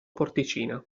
porticina